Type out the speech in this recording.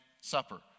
supper